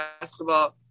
basketball